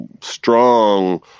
strong